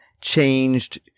changed